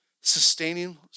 sustaining